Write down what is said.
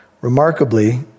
Remarkably